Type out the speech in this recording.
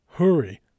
Hurry